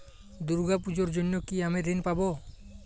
দুর্গা পুজোর জন্য কি আমি ঋণ পাবো?